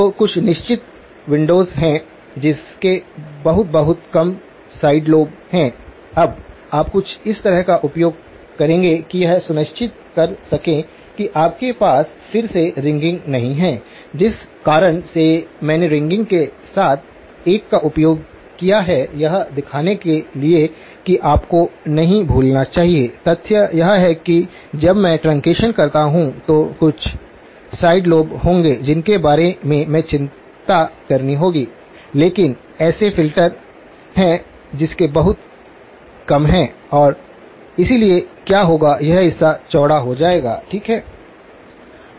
तो कुछ निश्चित विंडोस हैं जिसके बहुत बहुत कम साइड लॉब हैं अब आप कुछ इस तरह का उपयोग करेंगे कि यह सुनिश्चित कर सकें कि आपके पास फिर से रिंगिंग नहीं है जिस कारण से मैंने रिंगिंग के साथ एक का उपयोग किया है यह दिखाने के लिए कि आपको नहीं भूलना चाहिए तथ्य यह है कि जब मैं ट्रंकेशन करता हूं तो कुछ साइड लॉब्स होंगे जिनके बारे में चिंता करनी होगी लेकिन ऐसे फिल्टर हैं जिसके बहुत कम हैं और इसलिए क्या होगा यह हिस्सा चौड़ा हो जाएगा ठीक है